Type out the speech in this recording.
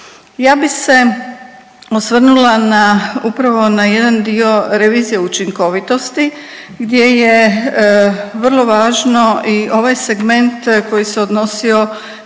Ja bi se osvrnula upravo na jedan dio revizije učinkovitosti gdje je vrlo važno i ovaj segment koji se odnosio